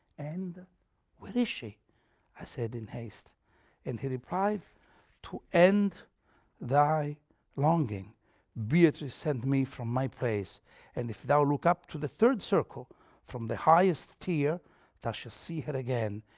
and where is she i said in haste and he replied to end thy longing beatrice sent me from my place and if thou look up to the third circle from the highest tier thou shall see her again,